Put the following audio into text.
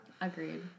Agreed